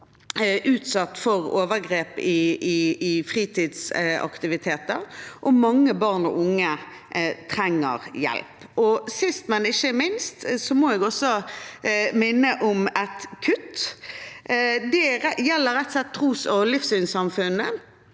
utsatt for overgrep i forbindelse med fritidsaktiviteter, og mange barn og unge trenger hjelp. Og sist, men ikke minst, må jeg også minne om et kutt. Det gjelder rett og slett tros- og livssynssamfunnene.